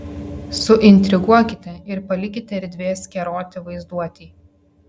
suintriguokite ir palikite erdvės keroti vaizduotei